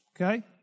okay